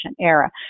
era